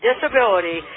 Disability